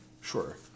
Sure